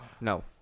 No